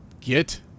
Get